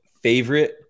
favorite